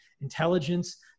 intelligence